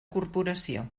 corporació